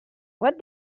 what